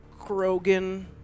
Krogan